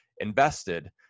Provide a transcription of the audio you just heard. invested